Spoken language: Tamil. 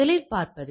முதலில் பார்ப்பது